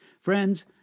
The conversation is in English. Friends